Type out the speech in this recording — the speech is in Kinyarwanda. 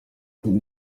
turi